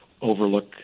overlook